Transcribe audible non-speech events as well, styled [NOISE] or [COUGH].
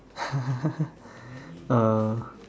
[LAUGHS] uh